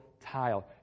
tile